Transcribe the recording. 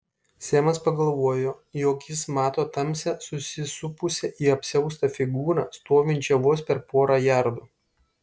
semas pagalvojo jog jis mato tamsią susisupusią į apsiaustą figūrą stovinčią vos per porą jardų